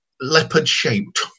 leopard-shaped